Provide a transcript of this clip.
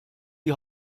die